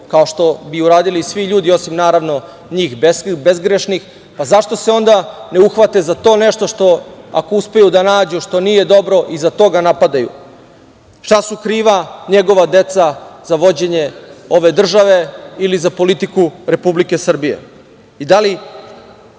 kao što bi uradili svi ljudi osim naravno njih bezgrešnih. Zašto se onda ne uhvate za to nešto, ako uspeju da nađu, što nije dobro i za to ga napadaju? Šta su kriva njegova deca za vođenje ove države ili za politiku Republike Srbije? Kakve